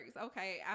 Okay